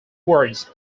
words